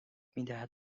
میدهد